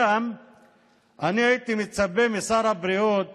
אני הייתי מצפה משר הבריאות